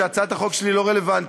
שהצעת החוק שלי לא רלוונטית.